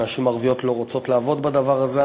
והנשים הערביות לא רוצות לעבוד בדבר הזה.